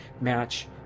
match